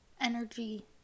energy